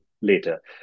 later